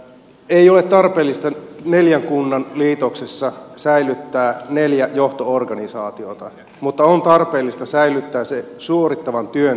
ei ole tarpeellista neljän kunnan liitoksessa säilyttää neljää johto organisaatiota mutta on tarpeellista säilyttää ne suorittavan työn tekijät